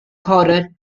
horror